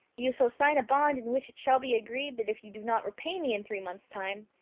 you shall sign a bond in which it shall be agreed that if you do not repay me in three months' time,